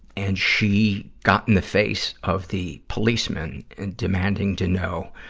and she got in the face of the policeman and demanding to know,